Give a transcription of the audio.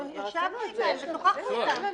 אנחנו ישבנו על זה ושוחחנו איתם.